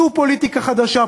זו פוליטיקה חדשה,